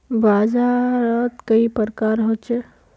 बाजार त कई प्रकार होचे?